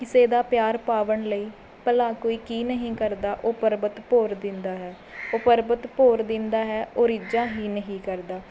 ਕਿਸੇ ਦਾ ਪਿਆਰ ਪਾਵਣ ਲਈ ਭਲਾ ਕੋਈ ਕੀ ਨਹੀਂ ਕਰਦਾ ਉਹ ਪਰਬਤ ਭੋਰ ਦਿੰਦਾ ਹੈ ਉਹ ਪਰਬਤ ਭੋਰ ਦਿੰਦਾ ਹੈ ਉਹ ਰੀਝਾਂ ਹੀ ਨਹੀਂ ਕਰਦਾ